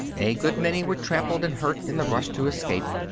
a good many were trampled and hurt in the rush to escape,